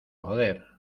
joder